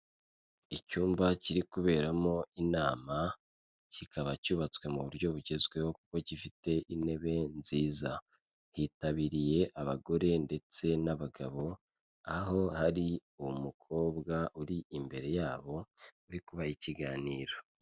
Icyumba kiri kuberamo inama, kikaba cyubatswe mu buryo bugezweho, kuko gifite intebe nziza, hitabiriye abagore ndetse n'abagabo, aho hari umukobwa uri imbere yabo, uri kubaha ikiganiro.